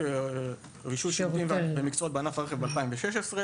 חוק רישוי שירותים ומקצועות בענף הרכב ב-2016,